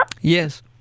Yes